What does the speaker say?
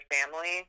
family